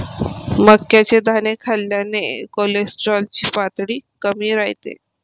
मक्याचे दाणे खाल्ल्याने कोलेस्टेरॉल ची पातळी कमी राहते